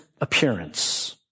appearance